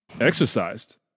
exercised